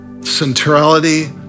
Centrality